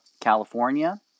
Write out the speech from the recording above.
California